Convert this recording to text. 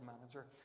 manager